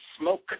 Smoke